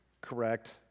correct